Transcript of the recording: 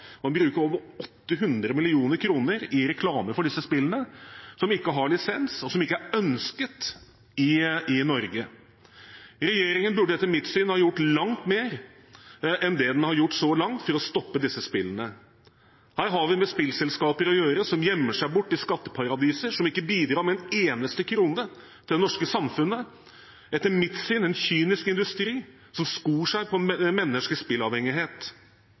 Man bruker over 800 mill. kr i reklame for disse spillene, som ikke har lisens, og som ikke er ønsket i Norge. Regjeringen burde etter mitt syn gjort langt mer enn det den har gjort så langt, for å stoppe disse spillene. Her har vi med spillselskaper å gjøre som gjemmer seg bort i skatteparadiser, som ikke bidrar med en eneste krone til det norske samfunnet – etter mitt syn en kynisk industri som skor seg på